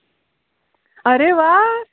अरे वाह